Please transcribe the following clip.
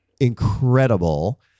incredible